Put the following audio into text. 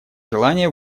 желание